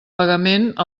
pagament